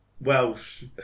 welsh